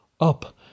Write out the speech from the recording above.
Up